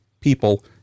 people